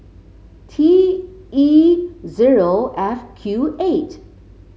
T E zero F Q eight